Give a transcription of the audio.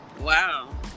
Wow